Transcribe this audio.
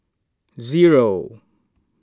zero